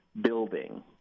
building